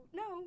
no